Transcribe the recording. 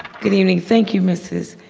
good evening, thank you mrs.